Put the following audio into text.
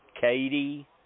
Katie